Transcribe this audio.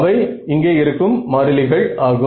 அவை இங்கே இருக்கும் மாறிலிகள் ஆகும்